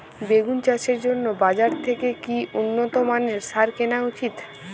বেগুন চাষের জন্য বাজার থেকে কি উন্নত মানের সার কিনা উচিৎ?